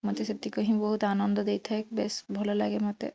ମୋତେ ସେତିକ ହିଁ ବହୁତ ଆନନ୍ଦ ଦେଇଥାଏ ବେସ୍ ଭଲ ଲାଗେ ମୋତେ